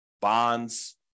bonds